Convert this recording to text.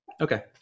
Okay